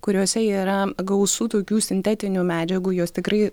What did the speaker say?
kuriose yra gausu tokių sintetinių medžiagų jos tikrai